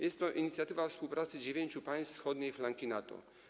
Jest to inicjatywa dotycząca współpracy dziewięciu państw wschodniej flanki NATO.